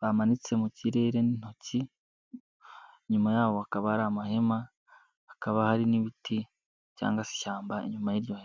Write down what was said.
bamanitse mu kirere n'intoki. Inyuma yaho hakaba hari amahema, hakaba hari n'ibiti cyangwa se ishyamba inyuma y'iryo hari.